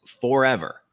forever